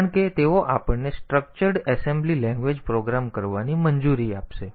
કારણ કે તેઓ આપણને સ્ટ્રક્ચર્ડ એસેમ્બલી લેંગ્વેજ પ્રોગ્રામ કરવાની મંજૂરી આપશે